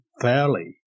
fairly